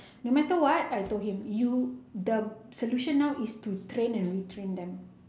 no matter what I told him you the solution now is to train and retrain them